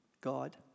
God